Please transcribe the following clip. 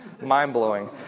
mind-blowing